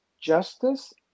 justice